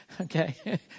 okay